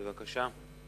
בבקשה.